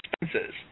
expenses